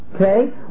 Okay